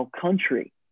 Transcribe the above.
country